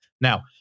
Now